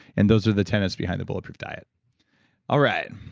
and those are the tenets behind the bulletproof diet all right.